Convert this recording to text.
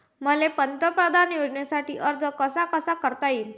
मले पंतप्रधान योजनेसाठी अर्ज कसा कसा करता येईन?